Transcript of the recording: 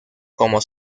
como